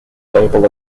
label